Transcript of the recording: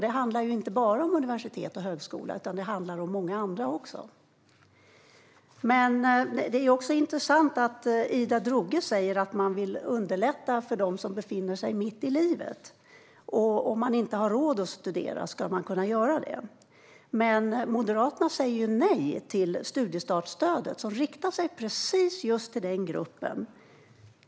Det handlar inte bara om universitet och högskola, utan det handlar också om många andra utbildningar. Det är intressant att Ida Drougge säger att man vill underlätta för dem som befinner sig mitt i livet. Om man inte har råd att studera ska man kunna göra det. Men Moderaterna säger ju nej till studiestartsstödet som riktar sig just till den gruppen.